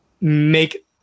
make